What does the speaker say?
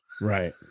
Right